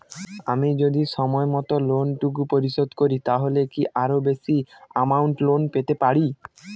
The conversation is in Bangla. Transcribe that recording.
আমি যদি সময় মত লোন টুকু পরিশোধ করি তাহলে কি আরো বেশি আমৌন্ট লোন পেতে পাড়ি?